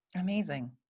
Amazing